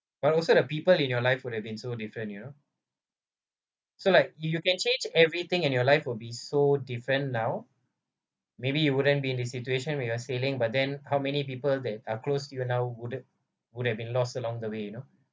but also the people in your life would have been so different you know so like you can change everything in your life will be so different now maybe you wouldn't be in the situation we are sailing but then how many people that are close to you now wouldn't would have been lost along the way you know